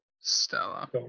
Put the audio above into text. stella